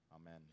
Amen